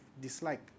dislike